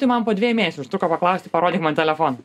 tai man po dviejų mėnesių užtruko paklausti parodyk man telefoną